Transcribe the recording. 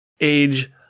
age